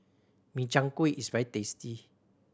Min Chiang Kueh is very tasty